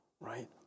right